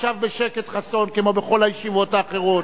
ישב בשקט, חסון, כמו בכל הישיבות האחרות.